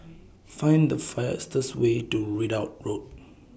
Find The fastest Way to Ridout Road